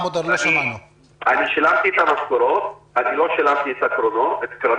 אני לא יכול